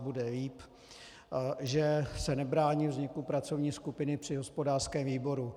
Bude líp, že se nebrání vzniku pracovní skupiny při hospodářském výboru.